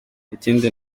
ikindi